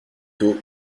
tôt